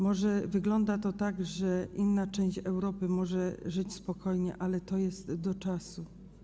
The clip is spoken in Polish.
Może wygląda to tak, że inna część Europy może żyć spokojnie, ale to jest tylko kwestia czasu.